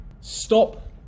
Stop